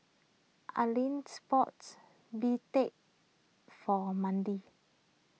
Allyn bought Bistake for Mendy